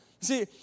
See